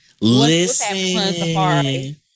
Listen